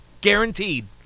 Guaranteed